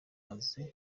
casey